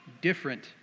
different